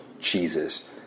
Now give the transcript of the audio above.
cheeses